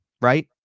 right